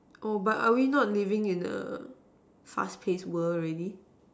oh but are we not living in a fast paced world already